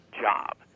job